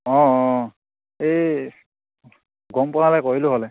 অঁ অঁ এই গম পোৱা হ'লে কৰিলোঁ হ'লে